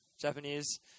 Japanese